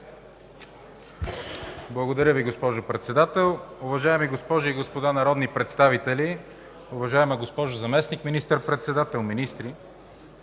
Благодаря Ви, госпожо Председател. Уважаеми госпожи и господа народни представители, уважаема госпожо Заместник министър-председател, министри!